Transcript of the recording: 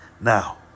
Now